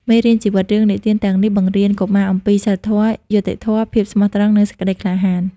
មេរៀនជីវិត រឿងនិទានទាំងនេះបង្រៀនកុមារអំពី សីលធម៌ យុត្តិធម៌ ភាពស្មោះត្រង់ និង សេចក្ដីក្លាហាន។